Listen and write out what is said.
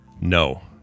No